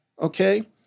okay